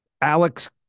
Alex